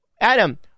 Adam